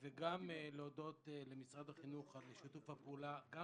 וגם להודות למשרד החינוך על שיתוף הפעולה גם